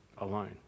alone